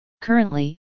Currently